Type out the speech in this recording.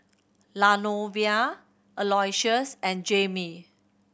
Lavonia Aloysius and Jaimee